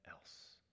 else